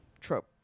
trope